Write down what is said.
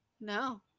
No